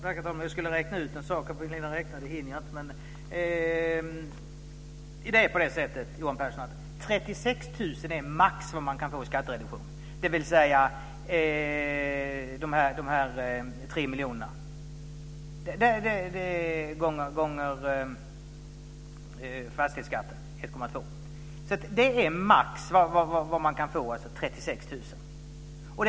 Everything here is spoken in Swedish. Herr talman! Jag skulle räkna ut en sak på min lilla räknare, men det hinner jag inte. Det är på det sättet, Johan Pehrson, att 36 000 kr är vad man max kan få i skattereduktion - dvs. 3 miljoner gånger fastighetsskatten på 1,2 %. 36 000 kr är alltså vad man max kan få.